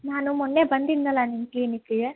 ನಾನು ಮೊನ್ನೆ ಬಂದಿದ್ನಲ್ಲಾ ನಿಮ್ಮ ಕ್ಲಿನಿಕ್ಕಿಗೆ